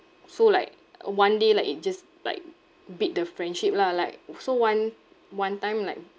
so like one day like it just like beat the friendship lah like so one one time like